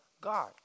God